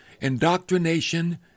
Indoctrination